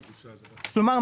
כלומר,